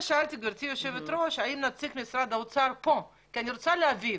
לכן שאלתי האם נציג משרד האוצר כאן כי אני רוצה להבין